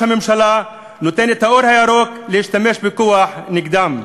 הממשלה נותן אור ירוק להשתמש בכוח נגדם.